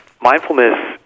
Mindfulness